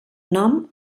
nom